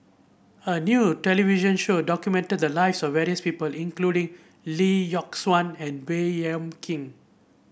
a new television show documented the lives of various people including Lee Yock Suan and Baey Yam Keng